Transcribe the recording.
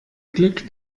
glück